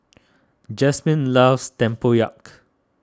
Jasmine loves Tempoyak